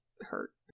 Hurt